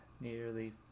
Nearly